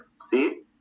see